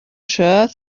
shirt